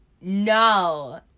No